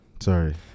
sorry